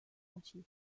entier